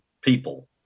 people